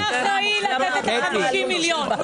הוא היה אחראי ל-50 מיליון.